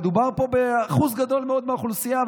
מדובר פה באחוז גדול מאוד מהאוכלוסייה,